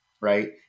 right